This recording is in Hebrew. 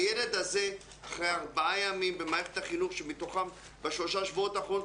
הילד הזה אחרי ארבעה ימים במערכת החינוך בשלושה שבועות האחרונים,